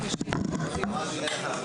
הישיבה ננעלה בשעה 15:55